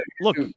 look